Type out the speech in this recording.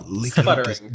Sputtering